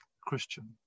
Christian